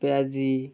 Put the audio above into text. পিঁয়াজি